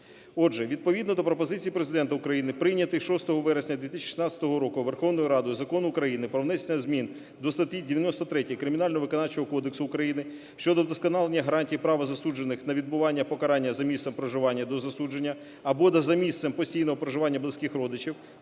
Отже, відповідно до пропозицій Президента України прийнятий 6 вересня 2016 року Верховною Радою Закон України "Про внесення зміни до статті 93 Кримінально-виконавчого кодексу України щодо вдосконалення гарантій права засуджених на відбування покарання за місцем проживання до засудження або за місцем постійного проживання близьких родичів"